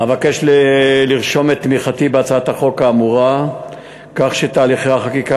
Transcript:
אבקש לרשום את תמיכתי בהצעת החוק האמורה כך שתהליכי החקיקה